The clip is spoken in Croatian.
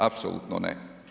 Apsolutno ne.